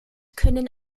können